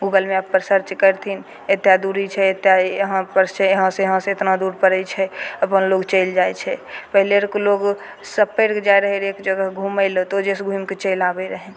Google मैपपर search करथिन एतेक दूरी छै एतेक इहाँपर छै इहाँसँ इहाँसँ इतना दूर पड़ै छै अपन लोक चलि जाइ छै पहिले आरके लोक सभतरि जाइ रहय रहए एक जगह घूमय तऽ ओहिजेसँ घुमि कऽ चलि आबैत रहय